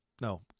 No